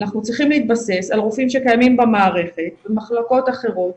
אנחנו צריכים להתבסס על רופאים שקיימים במערכת במחלקות אחרות,